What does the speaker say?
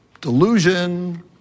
delusion